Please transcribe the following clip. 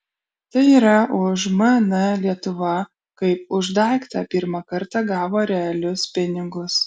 tai yra už mn lietuva kaip už daiktą pirmą kartą gavo realius pinigus